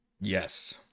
yes